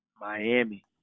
Miami